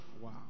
Wow